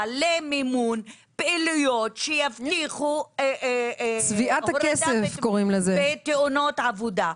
למימון פעילויות שיבטיחו הורדה בתאונות עבודה.